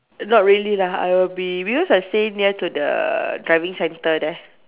not really lah I will be because I stay near to the driving centre there